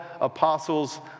apostles